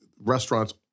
restaurants